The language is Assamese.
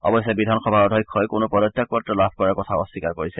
অৱশ্যে বিধানসভাৰ অধ্যক্ষই কোনো পদত্যাগপত্ৰ লাভ কৰাৰ কথা অস্নীকাৰ কৰিছে